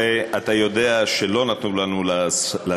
הרי אתה יודע שלא נתנו לנו לעשות.